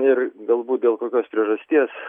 ir galbūt dėl kokios priežasties